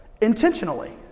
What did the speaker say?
intentionally